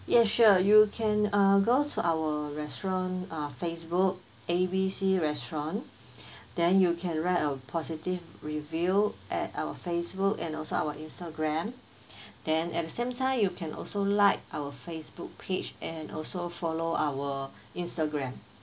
yeah sure you can uh go to our restaurant uh Facebook A B C restaurant then you can write a positive review at our Facebook and also our Instagram then at the same time you can also like our Facebook page and also follow our Instagram